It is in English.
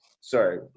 Sorry